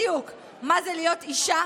בדיוק, מה זה להיות אישה